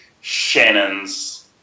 Shannon's